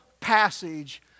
passage